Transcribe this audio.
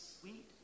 Sweet